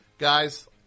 Guys